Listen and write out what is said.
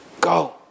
go